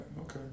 okay